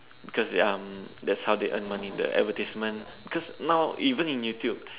cause ya um that's how they earn money the advertisement cause now even in YouTube